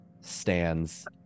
stands